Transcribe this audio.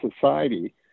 society